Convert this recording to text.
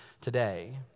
today